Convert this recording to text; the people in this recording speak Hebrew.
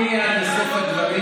תמתיני עד לסוף הדברים,